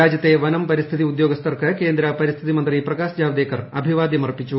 രാജ്യത്തെ വനം പരിസ്ഥിതി ഉദ്യോഗസ്ഥർക്ക് കേന്ദ്ര പരിസ്ഥിതി മന്ത്രി പ്രകാശ് ജാവദേക്കർ അഭിവാദ്യം അർപ്പിച്ചു